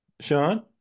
Sean